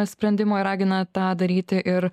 sprendimo ir ragina tą daryti ir